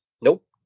Nope